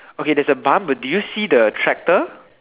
okay there's a bump do you see the tractor